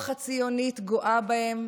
הציונית גואה בהם,